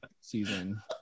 season